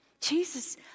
Jesus